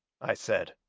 i said.